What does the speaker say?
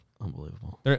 Unbelievable